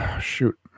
Shoot